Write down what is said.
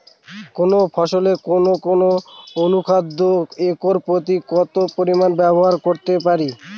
কোন ফসলে কোন কোন অনুখাদ্য একর প্রতি কত পরিমান ব্যবহার করতে পারি?